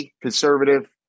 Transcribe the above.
conservative